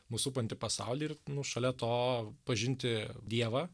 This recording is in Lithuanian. mus supantį pasaulį ir nu šalia to pažinti dievą